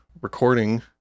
recording